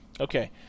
Okay